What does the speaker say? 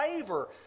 favor